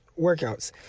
workouts